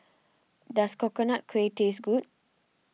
does Coconut Kuih taste good